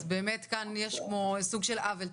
אז באמת יש כמו סוג של עוול.